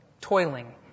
toiling